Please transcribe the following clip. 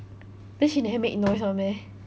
then she never make noise [one] meh